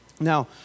Now